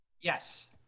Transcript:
yes